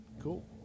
Cool